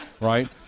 right